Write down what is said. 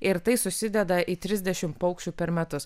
ir tai susideda į trisdešimt paukščių per metus